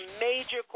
major